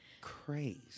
Crazy